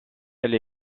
elle